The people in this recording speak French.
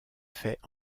faits